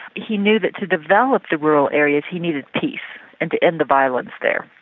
he knew that to develop the rural areas he needed peace and to end the violence there.